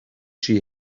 she